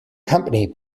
company